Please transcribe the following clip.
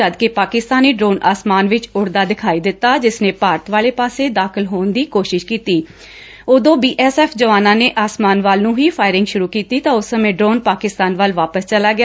ਜਦ ਇਕ ਪਾਕਿਸਤਾਨੀ ਡਰੋਨ ਆਸਮਾਨ ਵਿੱਚ ਉਡਦਾ ਦਿਖਾਈ ਦਿੱਤਾ ਜਿਸਨੇ ਭਾਰਤ ਵਾਲੇ ਪਾਸੇ ਦਾਖਲ ਹੋਣ ਦੀ ਕੋਸ਼ਿਸ਼ ਕੀਤੀ ਉਦੋਂ ਬੀਐਸਐਫ ਜਵਾਨਾਂ ਨੇ ਆਸਮਾਨ ਵੱਲ ਨੂੰ ਹੀ ਫਾਇਰਿੰਗ ਸੁਰੁ ਕੀਤੀ ਤਾਂ ਉਸ ਸਮੇਂ ਡਰੋਨ ਪਾਕਿਸਤਾਨ ਵੱਲ ਵਾਪਸ ਚਲਾ ਗਿਆ